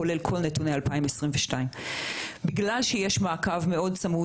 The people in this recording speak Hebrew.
כולל את כל נתוני 2022. בגלל שיש מעקב מאוד צמוד